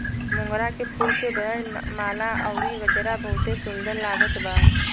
मोगरा के फूल से बनल माला अउरी गजरा बहुते सुन्दर लागत बा